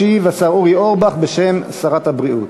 ישיב השר אורי אורבך בשם שרת הבריאות.